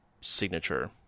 signature